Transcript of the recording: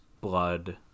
blood